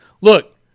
Look